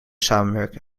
samenwerken